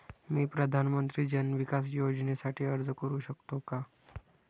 मी प्रधानमंत्री जन विकास योजनेसाठी अर्ज करू शकतो का?